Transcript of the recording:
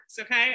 okay